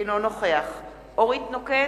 אינו נוכח אורית נוקד,